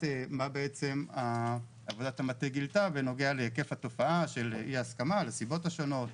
מה עבודת המטה גילתה בנוגע להיקף התופעה של אי ההסכמה על הסיבות השונות,